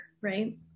right